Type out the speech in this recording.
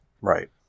right